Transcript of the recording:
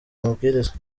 amabwiriza